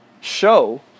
show